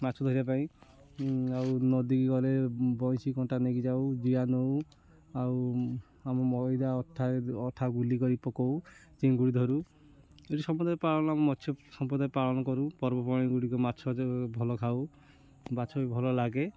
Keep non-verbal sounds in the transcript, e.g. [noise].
ମାଛ ଧରିବା ପାଇଁ ଆଉ ନଦୀକି ଗଲେ ବଇଁଶୀ କଣ୍ଟା ନେଇକି ଯାଉ ଜିଆ ନଉ ଆଉ ଆମ ମଇଦା ଅଠା ଅଠା ଗୁଲି କରି ପକଉ ଚିଙ୍ଗୁଡ଼ି ଧରୁ ସମ୍ପ୍ରଦାୟ ପାଳନ ଆମେ ସମ୍ପ୍ରଦାୟ ପାଳନ କରୁ ପର୍ବପର୍ବାଣି ଗୁଡ଼ିକ ମାଛ [unintelligible] ଭଲ ଖାଉ ମାଛ ବି ଭଲ ଲାଗେ